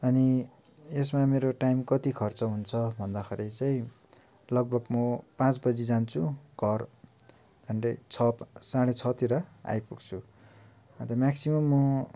अनि यसमा मेरो टाइम कति खर्च हुन्छ भन्दाखेरि चाहिँ लगभग म पाँच बजे जान्छु घर झण्डै छ साढे छतिर आइपुग्छु अन्त म्याक्सिमम् म